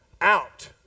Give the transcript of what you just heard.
out